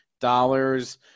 dollars